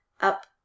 up